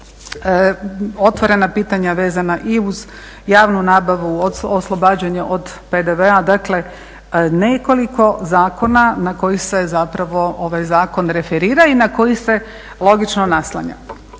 otvorena pitanja vezana i uz javnu nabavu, oslobađanje od PDV-a. Dakle nekoliko zakona na kojih se zapravo ovaj zakon referira i na koji se logično naslanja.